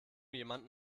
jemand